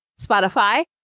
Spotify